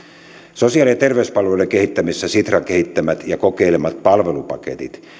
sosiaali ja terveyspalveluiden kehittämisessä sitran kehittämät ja kokeilemat palvelupaketit